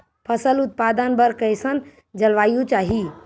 फसल उत्पादन बर कैसन जलवायु चाही?